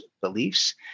beliefs